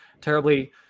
terribly